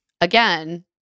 again